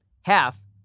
half